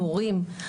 המורים.